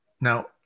now